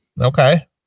Okay